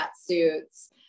suits